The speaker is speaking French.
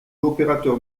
l’opérateur